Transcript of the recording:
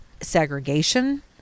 segregation